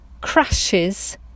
crashes